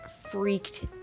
freaked